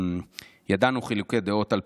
"ידענו חילוקי דעות על,